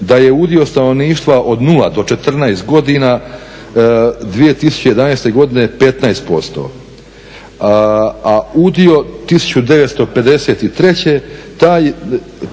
da je udio stanovništva od 0-14 godina 2011. godine 15%, a udio 1953. taj